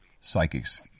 psychics